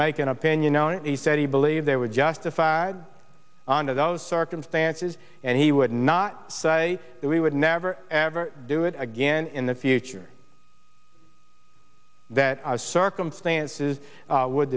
make an opinion and he said he believed they were justified under those circumstances and he would not say that we would never ever do it again in the future that circumstances would